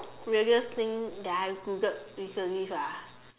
weirdest thing that I've Googled recently ah